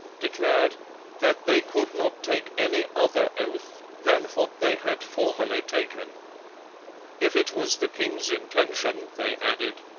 declared that they could not take any other oath than what they had formerly taken if it was the king's intention, they added,